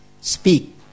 speak